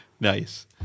Nice